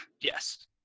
yes